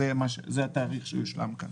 זה התאריך שיושלם כאן.